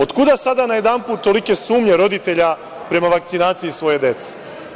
Od kuda sada najedanput tolike sumnje roditelja prema vakcinaciji svoje dece?